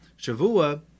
shavua